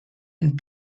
and